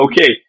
okay